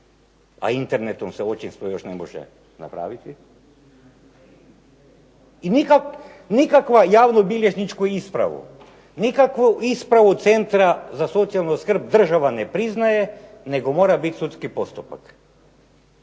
a internetom se očinstvo još ne može napraviti.", i nikakvu javnobilježničku ispravu, nikakvu ispravu Centra za socijalnu skrb država ne priznaje nego mora biti sudski postupak.